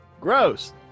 gross